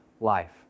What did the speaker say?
life